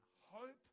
hope